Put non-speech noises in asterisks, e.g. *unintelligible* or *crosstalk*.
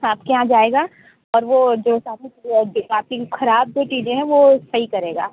आपके यहाँ जाएगा और वो जो *unintelligible* ख़राब जो चीज़े हैं वो सही करेगा